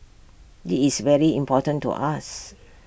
this is very important to us